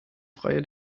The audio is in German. freie